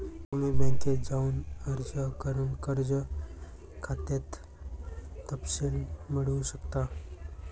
तुम्ही बँकेत जाऊन अर्ज करून कर्ज खात्याचे तपशील मिळवू शकता